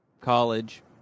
college